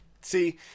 see